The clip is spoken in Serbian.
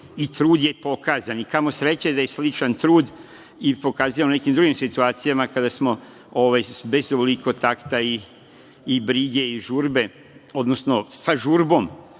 I trud je pokazan i kamo sreće da je sličan trud i pokazujem na nekim drugim situacijama kada smo bez ovoliko takta, brige i sa žurbom